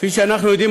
כפי שאנחנו יודעים,